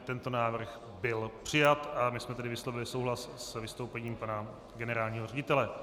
Tento návrh byl přijat a my jsme tedy vyslovili souhlas s vystoupením pana generálního ředitele.